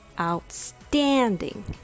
outstanding